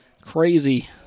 crazy